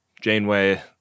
Janeway